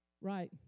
Right